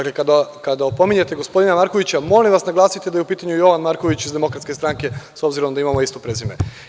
Kada opominjete gospodina Markovića, molim vas naglasite da je u pitanju Jovan Marković iz DS s obzirom da imamo isto prezime.